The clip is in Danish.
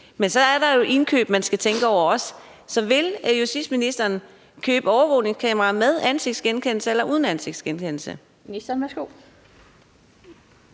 – skal man jo også tænke over indkøbet. Så vil justitsministeren købe overvågningskameraer med ansigtsgenkendelse eller uden ansigtsgenkendelse?